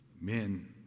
Men